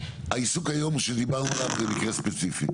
העיסוק היום שדיברנו עליו, זה מקרה ספציפי.